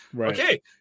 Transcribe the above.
okay